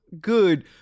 good